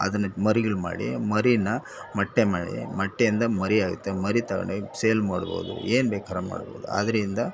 ಅದನಿಟ್ಟು ಮರಿಗಳು ಮಾಡಿ ಮರಿನ ಮೊಟ್ಟೆ ಮಾಡಿ ಮೊಟ್ಟೆಯಿಂದ ಮರಿ ಆಗುತ್ತೆ ಮರಿ ತಗೋಂಡ್ ಹೋಗಿ ಸೇಲ್ ಮಾಡ್ಬೋದು ಏನ್ಬೇಕರ ಮಾಡ್ಬೋದು ಆದ್ರಿಂದ